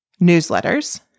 newsletters